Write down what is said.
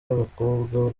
b’abakobwa